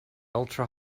ultra